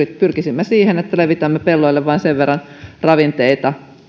pyrkisimme siihen että levitämme pelloille vain sen verran ravinteita